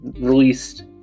released